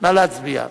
סעיפים 1